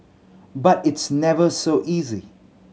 but it's never so easy